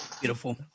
Beautiful